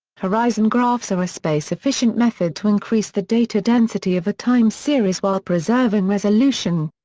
horizon graphs are a space efficient method to increase the data density of a time-series while preserving resolution.